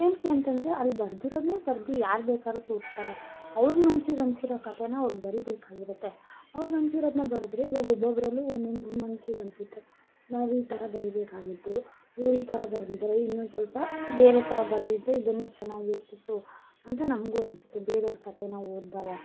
ಏಕೆ ಅಂತಂದರೆ ಅಲ್ಲಿ ಬರೆದಿರೋದ್ನೆ ಬರ್ದು ಯಾರು ಬೇಕಾದ್ರು ತೋರಿಸ್ತಾರೆ ಅವ್ರು ಮನ್ಸಿಗೆ ಅನ್ನಿಸಿರೋ ಕತೆನ ಅವ್ರು ಬರಿಬೇಕಾಗಿರುತ್ತೆ ಅವ್ರಿಗನ್ಸಿರೋದ್ನ ಬರೆದ್ರೆ ಇವಾಗ ಒಬ್ಬೊಬ್ರಲ್ಲೂ ಒಂದೊಂದು ಮನಸ್ಸಿಗನ್ಸುತ್ತೆ ನಾವು ಈ ಥರ ಬರೀಬೇಕಾಗಿತ್ತು ಇವ್ರು ಈ ಥರ ಬರ್ದಿದ್ದಾರೆ ಇನ್ನೊಂದ್ಸ್ವಲ್ಪ ಬೇರೆ ಥರ ಬರೆದಿದ್ರೆ ಇದನ್ನೇ ಚೆನ್ನಾಗಿರ್ತಿತ್ತು ಅಂತ ನನಗೂ ಅನ್ಸುತ್ತೆ ಬೇರೆಯವ್ರ ಕತೆನ ಓದಿದಾವಾಗ